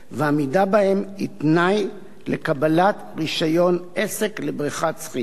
ועמידה בהן היא תנאי לקבלת רשיון עסק לבריכת שחייה.